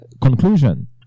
conclusion